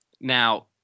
Now